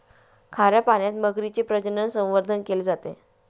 खाऱ्या पाण्यात मगरीचे प्रजनन, संवर्धन केले जाते